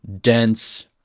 dense